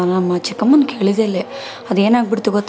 ನಮ್ಮ ಚಿಕ್ಕಮ್ಮನ್ನ ಕೇಳಿದೆಲೆ ಅದು ಏನಾಗಿಬಿಡ್ತು ಗೊತ್ತೇನು